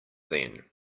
then